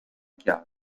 chiaro